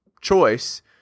choice